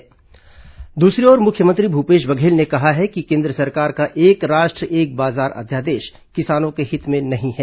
मुख्यमंत्री किसान अध्यादेश दूसरी ओर मुख्यमंत्री भूपेश बघेल ने कहा है कि केन्द्र सरकार का एक राष्ट्र एक बाजार अध्यादेश किसानों के हित में नहीं है